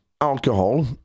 alcohol